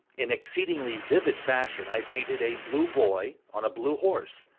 in exceedingly vivid fashion i painted a blue boy on a blue horse,